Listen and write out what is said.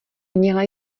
měla